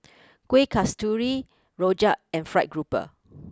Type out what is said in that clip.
Kuih Kasturi Rojak and Fried grouper